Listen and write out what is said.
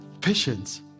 Patience